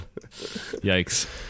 yikes